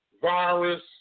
virus